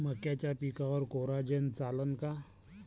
मक्याच्या पिकावर कोराजेन चालन का?